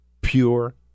Pure